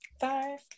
Five